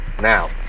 Now